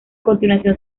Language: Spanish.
continuación